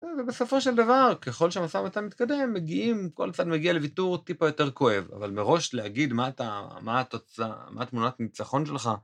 ובסופו של דבר, ככל שהמצב אתה מתקדם, מגיעים, כל צד מגיע לוויתור טיפה יותר כואב, אבל מראש להגיד מה התוצאה, מה תמונת ניצחון שלך.